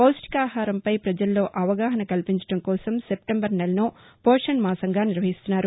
పౌష్ణికాహారంపై ప్రజల్లో అవగాహన కల్గించడం కోసం సెప్టెంబర్ నెలను పోషణ్ మాసంగా నిర్వహిస్తున్నారు